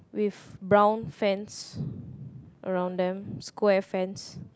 with brown fence around them square fence